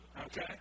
Okay